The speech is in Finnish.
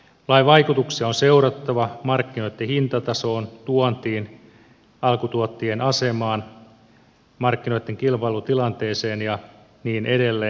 lain vaikutuksia on seurattava markkinoitten hintatasoon tuontiin alkutuottajien asemaan markkinoitten kilpailutilanteeseen ja niin edelleen